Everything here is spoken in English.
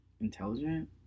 Intelligent